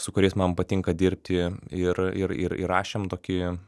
su kuriais man patinka dirbti ir ir ir įrašėm tokį